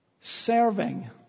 serving